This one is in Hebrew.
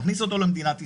מכניס אותו למדינת ישראל,